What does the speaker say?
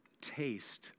taste